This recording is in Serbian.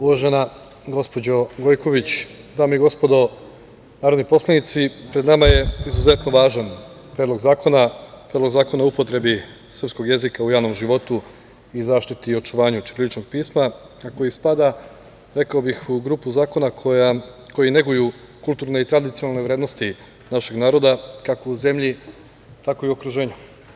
Uvažena gospođo Gojković, dame i gospodo narodni poslanici, pred nama je izuzetno važan predlog zakona, Predlog zakona o upotrebi srpskog jezika u javnom životu i zaštiti i očuvanju ćiriličnog pisma, a koji spada, rekao bih u grupu zakona koji neguju kulturne i tradicionalne vrednosti našeg naroda, kako u zemlji, tako i u okruženju.